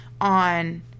on